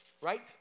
Right